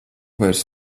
vairs